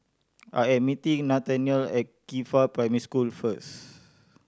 I am meeting Nathaniel at Qifa Primary School first